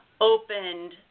opened